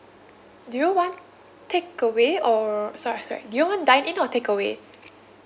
do you want takeaway or sorry sorry do you want dine in or takeaway